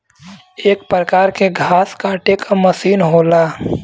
एक परकार के घास काटे के मसीन होला